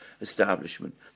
establishment